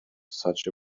such